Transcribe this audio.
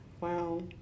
Wow